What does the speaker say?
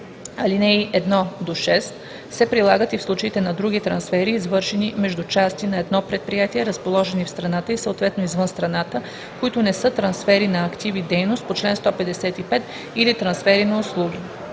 Алинеи 1 – 6 се прилагат и в случаите на други трансфери, извършени между части на едно предприятие, разположени в страната и съответно извън страната, които не са трансфери на активи/дейност по чл. 155 или трансфери на услуги.